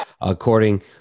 according